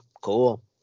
cool